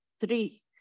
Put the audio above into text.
three